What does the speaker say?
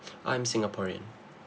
I'm singaporean